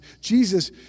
Jesus